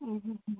ഹ്മ് ഹ്മ് ഹ്മ്